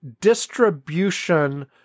distribution